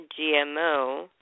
GMO